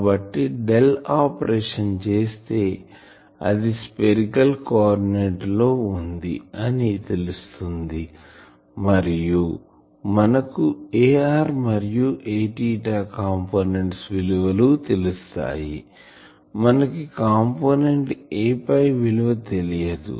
కాబట్టి del operation చేస్తే అది స్పెరికల్ కోఆర్డినేట్ లో వుంది అని తెలుస్తుంది మరియు మనకు Ar మరియు Aθ కాంపోనెంట్స్ విలువలు తెలుస్తాయి మనకు కాంపోనెంట్ Aϕ విలువ తెలియదు